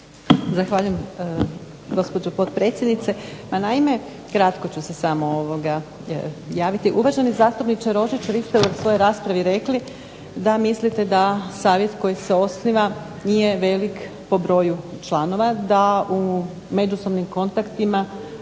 **Majdenić, Nevenka (HDZ)** Naime, kratko ću se samo javiti, uvaženi zastupniče Rožić vi ste u svojoj raspravi rekli da mislite da savjet koji se osniva nije velik po broju članova, da u međusobnim kontaktima